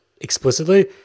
explicitly